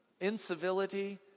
incivility